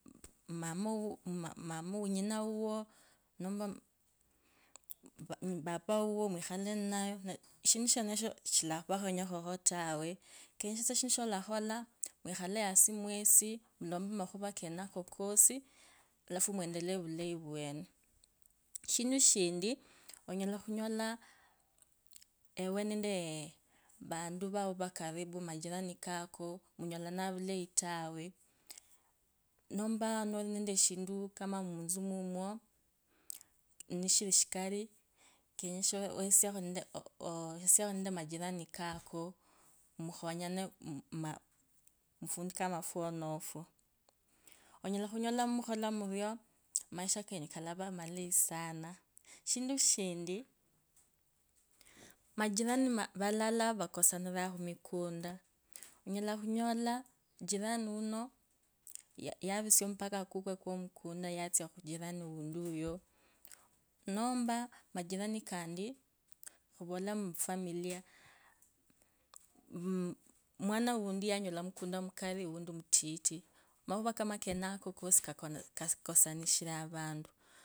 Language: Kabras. Mama uwo, ma. ma wa nyina uwo, nomba papa uwo uwakhale ninayo, shindu shenesho shilavokhunyakha tawe. kenye eshindu sholakhola wikhale yasi mwesi mulompe makhuvura kenako kosi, alafu mwendelee vulai vwene. shindu shindi, onyala khunyola ewe nendee majirani kako, munyolanga vulayi tawe. nampa nori nende eshindu mutsi mumwo, neshieshi kari, kenyekha iweresie cowesie majirani kako mukhonyene maa fundu kama fwenefo. Onyala khunyola nimukholo muruo maisha kenyu kalava malayi sana. Shindu shinti majirani valala vakosaniranga khumukhanda, onyalakhunyola jisoni uno, yavusia umupaka ko mukunda kwatsa khujirani unti oyo. nomba majirani, kandi khavola mufamilia mmh. mwana unti yonyola mukunda makali nomba mutiti, makhuva kama kenako kosi, kako kakusianyanga avantu.